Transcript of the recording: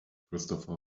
christopher